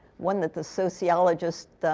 one that the sociologist,